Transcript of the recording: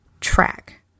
track